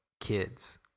kids